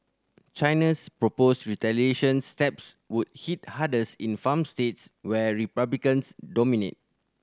China's proposed retaliation steps would hit hardest in farm states where Republicans dominate